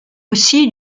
aussi